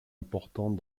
importants